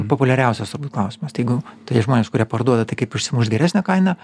populiariausias turbūt klausimas tai jeigu žmonės kurie parduoda tai kaip išsimušt geresnę kainą